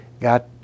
got